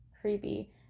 creepy